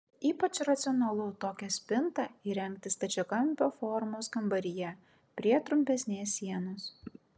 ypač racionalu tokią spintą įrengti stačiakampio formos kambaryje prie trumpesnės sienos